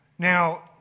Now